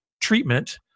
treatment